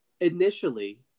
initially